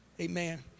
Amen